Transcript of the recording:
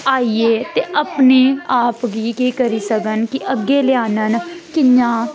आइयै ते अपने आप गी केह् करी सकन कि अग्गें लेआनन कि'यां